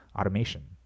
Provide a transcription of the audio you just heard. Automation